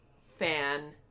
fan